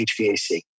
HVAC